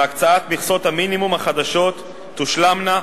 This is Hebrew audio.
והקצאת מכסות המינימום החדשות תושלמנה,